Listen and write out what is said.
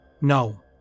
No